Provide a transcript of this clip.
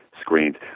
screens